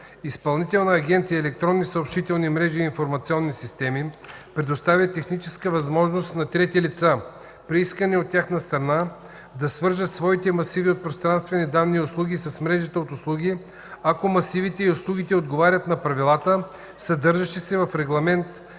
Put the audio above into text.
Изпълнителна агенция „Електронни съобщителни мрежи и информационни системи” предоставя техническа възможност на трети лица, при искане от тяхна страна, да свържат своите масиви от пространствени данни и услуги с мрежата от услуги, ако масивите и услугите отговарят на правилата, съдържащи се в Регламент